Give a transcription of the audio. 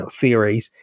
theories